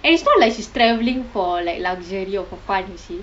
and it's not like she's travelling for like luxury or for fun you see